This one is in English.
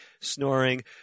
snoring